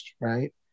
right